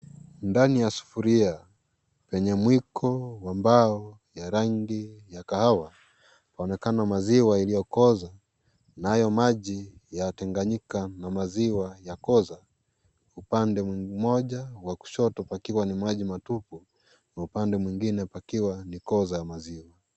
Ndani ya sufuria yenye mwiko wa mbao ya rangi ya kahawa waonekana maziwa iliyo koza nayo maji ya tenganyika na maziwa ya koza upande mmoja wa kushoto pakiwa ni maji matupu na upande mwingine pakiwa ni koo za maziwa.